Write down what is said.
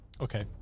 Okay